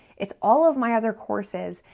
it's all of my other courses,